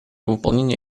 выполнения